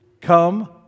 Come